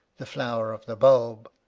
the flower of the bulb,